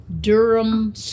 Durham